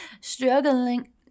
struggling